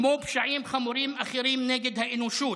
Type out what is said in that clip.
כמו פשעים חמורים אחרים נגד האנושות,